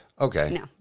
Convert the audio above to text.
Okay